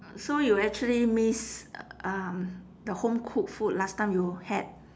so you actually miss um the home cooked food last time you had